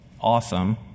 awesome